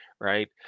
right